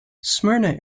smyrna